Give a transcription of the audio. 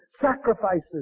sacrifices